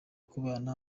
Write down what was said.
kubaha